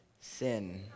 sin